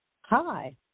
Hi